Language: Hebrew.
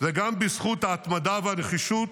וגם בזכות ההתמדה והנחישות,